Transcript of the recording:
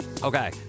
Okay